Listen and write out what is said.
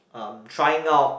um trying out